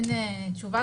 אין תשובה,